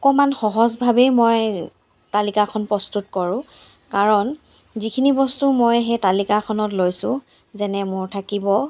অকণমান সহজভাৱেই মই তালিকাখন প্ৰস্তুত কৰোঁ কাৰণ যিখিনি বস্তু মই সেই তালিকাখনত লৈছোঁ যেনে মোৰ থাকিব